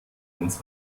uns